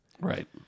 Right